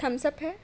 Thums Up ہے